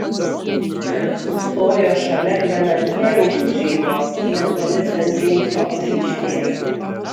džekas sustojo šalia grenadieriaus užeigos netoli sent džeimso aikštės